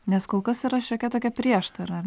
nes kol kas yra šiokia tokia prieštara ar